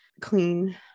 clean